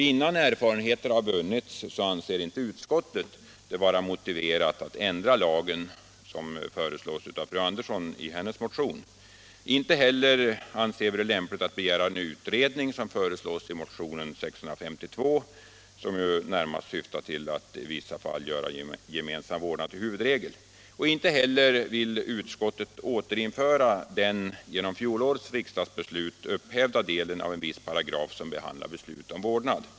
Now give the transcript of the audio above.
Innan erfarenheter vunnits anser utskottet det icke vara motiverat att ändra lagen, som fru Andersson i Kumla föreslår i sin motion. Inte heller anser vi det vara lämpligt att begära en utredning, som föreslås i motionen 652 — en utredning som närmast skulle syfta till att göra gemensam vårdnad till huvudregel i vissa fall. Utskottet vill inte heller återinföra den genom fjolårets riksdagsbeslut upphävda delen av en viss paragraf som reglerar beslut om vårdnad.